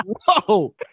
Whoa